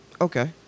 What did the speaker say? Okay